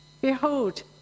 Behold